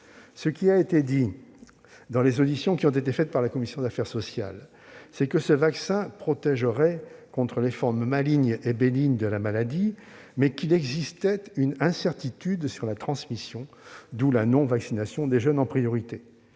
Ce qui a été dit lors des auditions qui ont été réalisées par la commission des affaires sociales, c'est que ce vaccin protégerait contre les formes malignes et bénignes de la maladie, mais qu'il existe une incertitude sur la transmission, d'où la non-vaccination des jeunes en priorité.